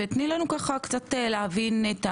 ותני ככה קצת להבין,